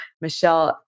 Michelle